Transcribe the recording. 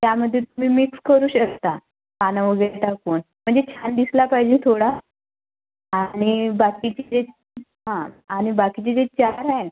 त्यामध्ये तुम्ही मिक्स करू शकता पानं वगैरे टाकून म्हणजे छान दिसला पाहिजे थोडा आणि बाकीचे जे हं आणि बाकीचे जे चार आहे